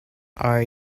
are